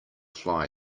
fly